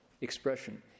expression